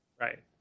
Right